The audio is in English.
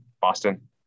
Boston